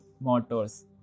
motors